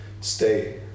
stay